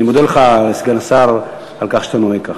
אני מודה לך, סגן השר, על כך שאתה נוהג כך.